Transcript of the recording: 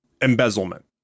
Embezzlement